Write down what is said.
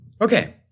Okay